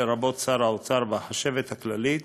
לרבות שר האוצר והחשבת הכללית.